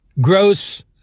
gross